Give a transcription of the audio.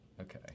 Okay